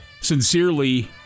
Sincerely